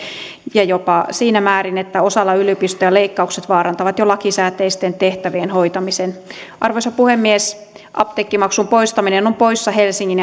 ja jopa siinä määrin että osalla yliopistoja leikkaukset vaarantavat jo lakisääteisten tehtävien hoitamisen arvoisa puhemies apteekkimaksun poistaminen on poissa helsingin